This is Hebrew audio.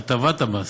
הטבת המס.